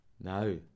no